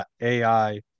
AI